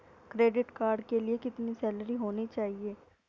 Credit card के लिए कितनी सैलरी होनी चाहिए?